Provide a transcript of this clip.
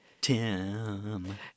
Tim